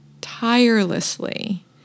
tirelessly